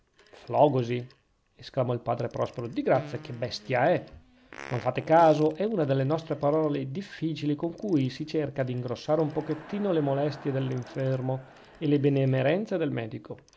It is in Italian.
di flògosi flògosi esclamò il padre prospero di grazia che bestia è non fate caso è una delle nostre parole difficili con cui si cerca d'ingrossare un pochettino le molestie dell'infermo e le benemerenze del medico